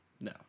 no